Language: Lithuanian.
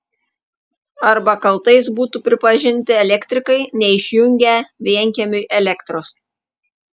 arba kaltais būtų pripažinti elektrikai neišjungę vienkiemiui elektros